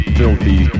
filthy